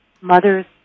mothers